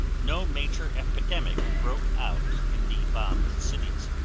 no major epidemic broke out in the bombed cities.